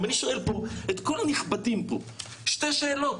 אם אני שואל את כל הנכבדים פה שתי שאלות,